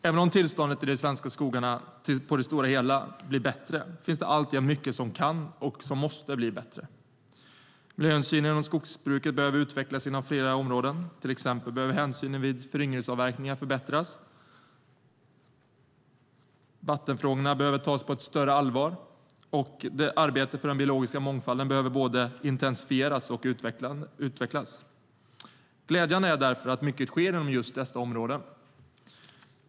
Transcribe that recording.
Även om tillståndet i de svenska skogarna på det stora hela blir bättre finns alltjämt mycket som kan och måste bli bättre. Miljöhänsynen i skogsbruket behöver utvecklas inom flera områden. Till exempel behöver hänsynen vid föryngringsavverkningar förbättras, vattenfrågorna behöver tas på större allvar och arbetet för den biologiska mångfalden behöver både intensifieras och utvecklas. Glädjande är därför att mycket sker inom just dessa områden.